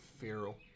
feral